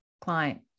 client